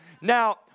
Now